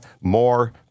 more